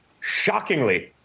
shockingly